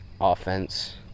offense